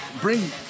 bring